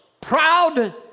proud